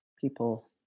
people